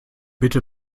bitte